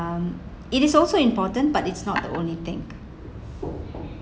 um it is also important but it's not the only thing